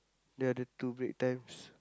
the other two break times